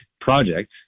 project